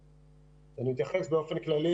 אני אתייחס באופן כללי.